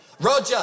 Roger